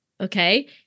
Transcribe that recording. okay